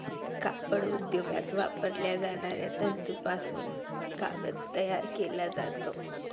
कापड उद्योगात वापरल्या जाणाऱ्या तंतूपासून कागद तयार केला जातो